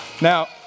Now